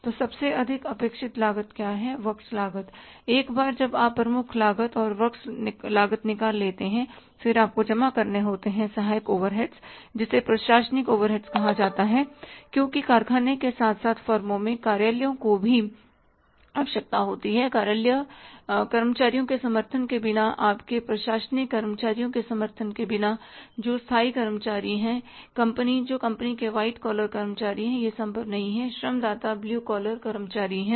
तो सबसे अधिक अपेक्षित लागत क्या है वर्कस लागत एक बार जब आप प्रमुख लागत और वर्कस लागत निकाल लेते हैं फिर आपको जमा करने होते हैं सहायक ओवरहेड्स जिसे प्रशासनिक ओवरहेड्स कहा जाता है क्योंकि कारखाने के साथ साथ फर्मों में कार्यालय की भी आवश्यकता होती है कार्यालय कर्मचारियों के समर्थन के बिना आपके प्रशासनिक कर्मचारियों के समर्थन के बिना जो स्थायी कर्मचारी हैं कंपनी जो कंपनी के व्हाइट कॉलर कर्मचारी हैंयह संभव नहीं श्रम दाता ब्लू कॉलर कर्मचारी है